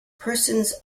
persons